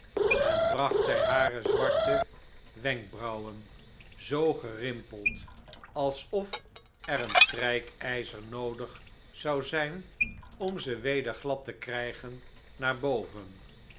en bracht zij hare zwarte wenkbrauwen zoo gerimpeld alsof er een strijkljzer noodig zou zh'n om ze weder glad te krijgen naar boven